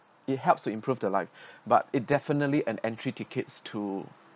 it helps to improve the life but it definitely an entry tickets to